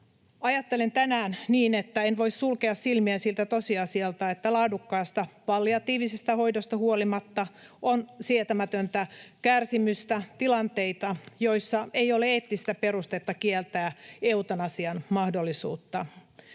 Ajattelen tänään niin, että en voi sulkea silmiä siltä tosiasialta, että laadukkaasta palliatiivisesta hoidosta huolimatta on sietämätöntä kärsimystä, tilanteita, joissa ei ole eettistä perustetta kieltää eutanasian mahdollisuutta.